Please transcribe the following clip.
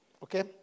Okay